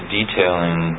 detailing